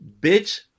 Bitch